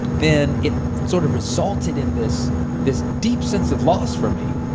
then it sort of resulted in this this deep sense of loss for me